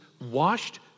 washed